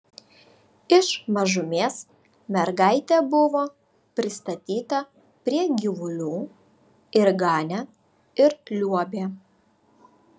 iš mažumės mergaitė buvo pristatyta prie gyvulių ir ganė ir liuobė